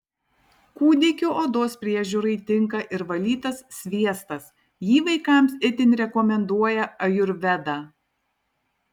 kūdikių odos priežiūrai tinka ir valytas sviestas jį vaikams itin rekomenduoja ajurveda